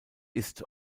ist